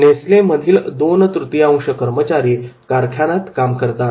नेसलेमधील दोन तृतीयांश कर्मचारी कारखान्यात काम करतात